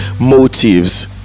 motives